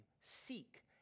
Seek